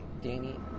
Danny